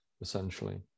essentially